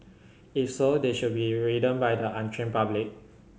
if so they should be ridden by the untrained public